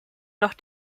noch